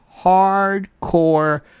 hardcore